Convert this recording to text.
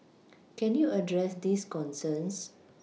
can you address these concerns